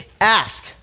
ask